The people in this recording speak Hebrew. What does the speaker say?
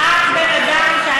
לא תמיד הכול שר האוצר.